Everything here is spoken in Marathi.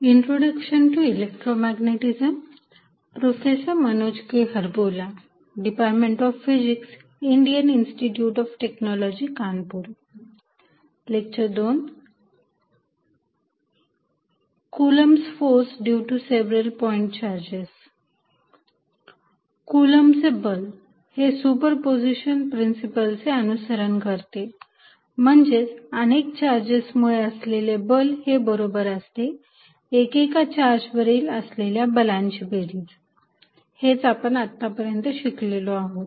Coulomb's force due to several point charges कुलम्बचे बल Coloumb's force हे सुपरपोझिशन प्रिन्सिपलचे अनुसरण करते म्हणजेच अनेक चार्जेस मुळे असलेले बल हे बरोबर असते एकेका चार्ज वरील असलेल्या बलांची बेरीज हेच आपण आत्तापर्यंत शिकलेलो आहोत